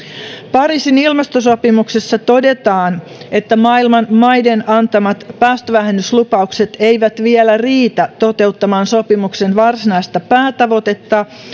pariisin ilmastosopimuksessa todetaan että maailman maiden antamat päästövähennyslupaukset eivät vielä riitä toteuttamaan sopimuksen varsinaista päätavoitetta